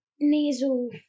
nasal